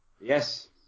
yes